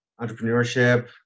entrepreneurship